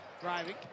Driving